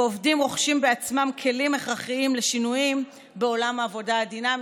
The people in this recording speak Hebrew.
ועובדים רוכשים בעצמם כלים הכרחיים לשינויים בעולם העבודה הדינמי,